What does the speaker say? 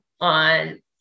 on